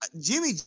Jimmy